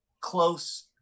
close